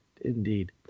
Indeed